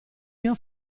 mio